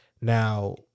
Now